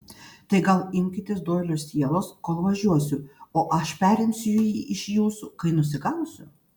tai gal imkitės doilio sielos kol važiuosiu o aš perimsiu jį iš jūsų kai nusigausiu